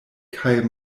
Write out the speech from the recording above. kaj